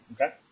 Okay